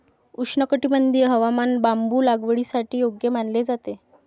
उष्णकटिबंधीय हवामान बांबू लागवडीसाठी योग्य मानले जाते